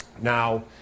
Now